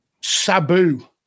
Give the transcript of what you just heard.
Sabu